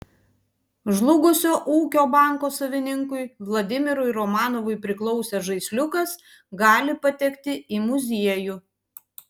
žlugusio ūkio banko savininkui vladimirui romanovui priklausęs žaisliukas gali patekti į muziejų